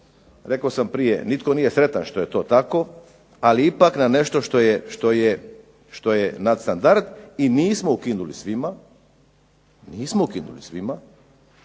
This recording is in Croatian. rekao sam prije nitko nije sretan što je to tako, ali ipak na nešto što je nad standard i nismo ukinuli svima, nismo ukinuli svima,